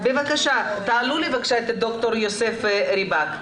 בבקשה ד"ר יוסף ריבק.